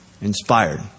inspired